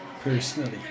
personally